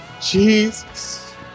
Jesus